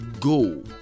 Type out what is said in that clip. go